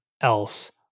else